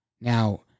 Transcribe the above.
Now